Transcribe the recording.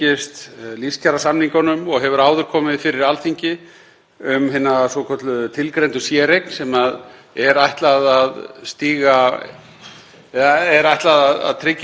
sem er ætlað að tryggja eitt skrefið í átt að því að jafna kjör á milli markaðanna. En hinu opinbera og almenna markaðnum hefur gengið afleitlega að framkvæma þennan samanburð